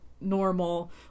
normal